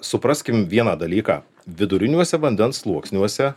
supraskim vieną dalyką viduriniuose vandens sluoksniuose